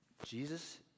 Jesus